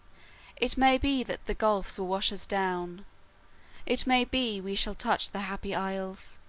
it may be that the gulfs will wash us down it may be we shall touch the happy isles,